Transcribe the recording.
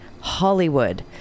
Hollywood